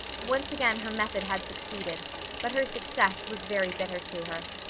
once again her method had succeeded but her success was very bitter to her.